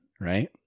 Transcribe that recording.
right